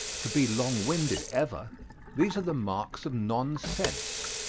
to be long-winded ever these are the marks of non-sense.